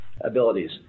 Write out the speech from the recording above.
abilities